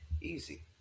Easy